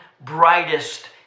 brightest